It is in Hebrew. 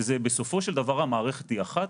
לא, בסופו של דבר המערכת היא אחת.